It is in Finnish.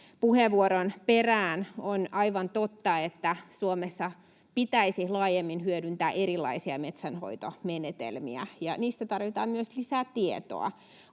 puheenvuoron perään. On aivan totta, että Suomessa pitäisi laajemmin hyödyntää erilaisia metsänhoitomenetelmiä. Niistä tarvitaan myös lisää tietoa,